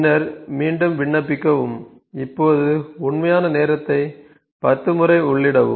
பின்னர் மீண்டும் விண்ணப்பிக்கவும் இப்போது உண்மையான நேரத்தை 10 முறை உள்ளிடவும்